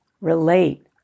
relate